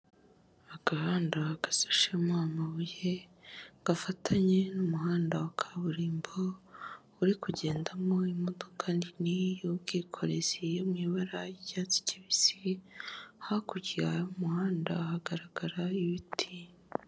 Agahanda gashashemo amabuye gafatanye n'umuhanda wa kaburimbo, uri kugendamo imodoka nini y'ubwikorezi yo mu ibara ry'icyatsi kibisi, hakurya y'umuhanda hagaragara ibiti.